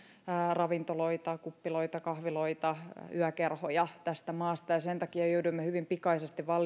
ravintoloita kuppiloita kahviloita yökerhoja tästä maasta ja sen takia jouduimme hyvin pikaisesti